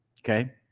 okay